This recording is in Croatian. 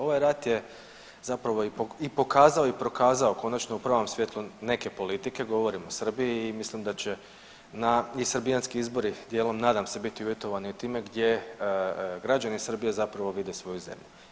Ovaj rat je zapravo i pokazao i prokazao konačno u pravom svjetlu neke politike, govorim o Srbiji i mislim da će i srbijanski izbori dijelom nadam se biti uvjetovani time gdje građani Srbije zapravo vide svoju zemlju.